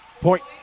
Point